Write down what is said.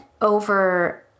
over